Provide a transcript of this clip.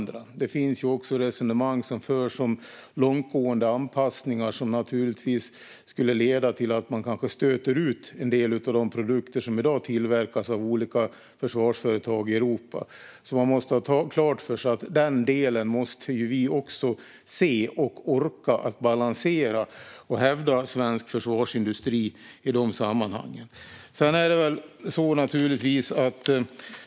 Det förs också resonemang om långtgående anpassningar, som skulle leda till att man stöter ut en del av de produkter som i dag tillverkas av olika försvarsföretag i Europa. Man måste ha detta klart för sig. Vi måste orka balansera detta för att hävda svensk försvarsindustri.